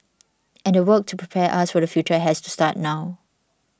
and the work to prepare us for the future has to start now